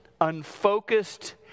unfocused